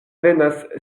venas